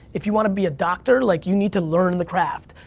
if you wanna be a doctor, like, you need to learn the craft,